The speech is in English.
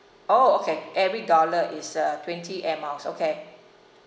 orh okay every dollar is uh twenty air miles okay